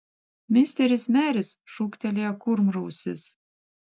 misteris meris šūktelėjo kurmrausis